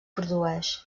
produeix